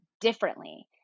differently